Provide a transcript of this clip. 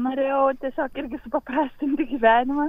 norėjau tiesiog irgi supaprastinti gyvenimą